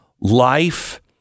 life